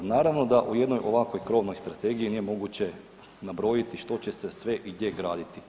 Naravno da u jednoj ovakvoj krovnoj strategiji nije moguće nabrojiti što će se sve i gdje graditi.